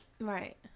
Right